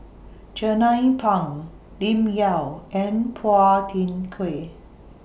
Jernnine Pang Lim Yau and Phua Thin Kiay